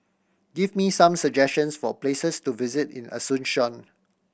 give me some suggestions for places to visit in Asuncion